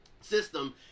system